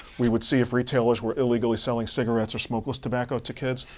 we would see if retailers were illegally selling cigarettes or smokeless tobacco to kids.